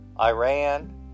Iran